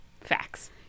Facts